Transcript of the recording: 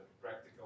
practical